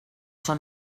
són